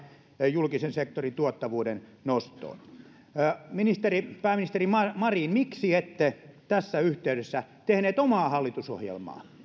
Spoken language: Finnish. julkisen sektorin tuottavuuden nostoon pääministeri marin marin miksi ette tässä yhteydessä tehneet omaa hallitusohjelmaa